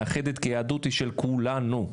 כי היהדות היא של כולנו.